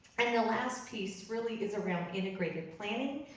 and the last piece really is around integrated planning.